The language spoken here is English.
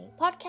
podcast